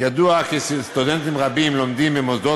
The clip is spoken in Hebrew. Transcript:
ידוע כי סטודנטים רבים לומדים במוסדות